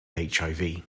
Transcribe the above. hiv